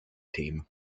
team